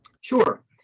Sure